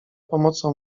pomocą